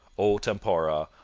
o tempora,